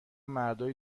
مردای